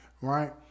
right